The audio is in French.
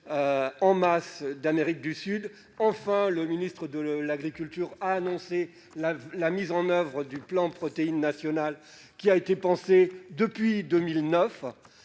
en masse d'Amérique du Sud. Le ministre de l'agriculture a annoncé la mise en oeuvre du plan Protéines national, qui a été pensé depuis 2009.